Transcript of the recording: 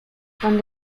von